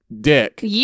dick